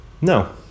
No